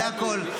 זה הכול.